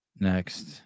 Next